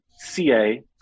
CA